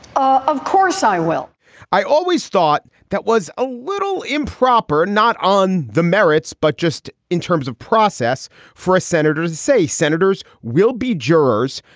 ah of course i will i always thought that was a little improper. not on the merits, but just in terms of process for senators, say senators will be jurors.